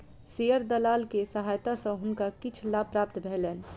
share दलाल के सहायता सॅ हुनका किछ लाभ प्राप्त भेलैन